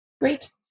Great